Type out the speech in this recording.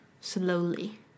slowly